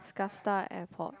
Kasta airport